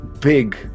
big